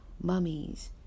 mummies